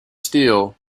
steel